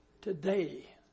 today